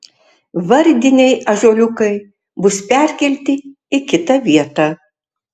vardiniai ąžuoliukai bus perkelti į kitą vietą